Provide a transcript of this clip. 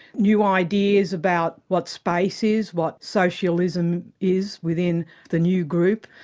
new ideas about what space is, what socialism is within the new group.